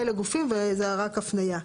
לגופים וזה רק הפניה.